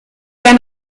der